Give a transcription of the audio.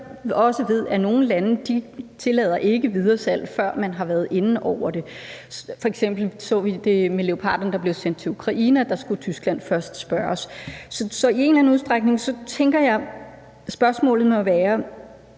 Jeg ved også, at nogle lande ikke tillader videresalg, før man har været inde over det. F.eks. så vi med Leoparden, der blev sendt til Ukraine, at Tyskland først skulle spørges. Så i en eller anden udstrækning tænker jeg, spørgsmålet må være: